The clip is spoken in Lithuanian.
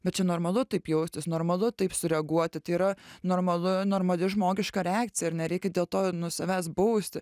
bet čia normalu taip jaustis normalu taip sureaguoti tai yra normalu normali žmogiška reakcija ir nereikia dėl to nu savęs bausti